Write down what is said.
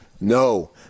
No